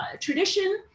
tradition